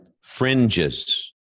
fringes